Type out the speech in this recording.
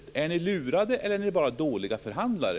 Är ni lurade eller är ni bara dåliga förhandlare?